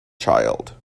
child